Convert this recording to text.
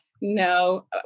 No